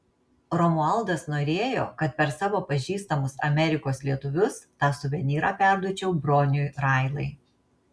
romualdas norėjo kad per savo pažįstamus amerikos lietuvius tą suvenyrą perduočiau broniui railai